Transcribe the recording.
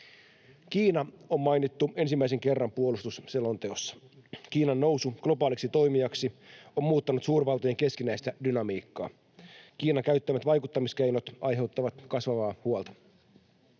Kiina on mainittu ensimmäisen kerran puolustusselonteossa. Kiinan nousu globaaliksi toimijaksi on muuttanut suurvaltojen keskinäistä dynamiikkaa. Kiinan käyttämät vaikuttamiskeinot aiheuttavat kasvavaa huolta.